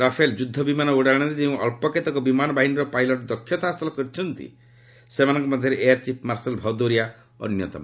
Rafale ଯୁଦ୍ଧ ବିମାନ ଉଡ଼ାଣରେ ଯେଉଁ ଅଳ୍ପ କେତେକ ବିମାନ ବାହିନୀର ପାଇଲଟ୍ ଦକ୍ଷତା ହାସଲ କରିଛନ୍ତି ସେମାନଙ୍କ ମଧ୍ୟରେ ଏୟାର୍ ଚିଫ୍ ମାର୍ଶଲ୍ ଭଦୌରିଆ ଅନ୍ୟତମ